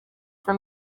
for